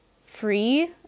free